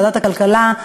ועדת הכלכלה,